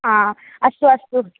हा अस्तु अस्तु